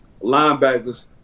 linebackers